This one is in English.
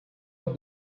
that